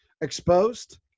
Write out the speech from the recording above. Exposed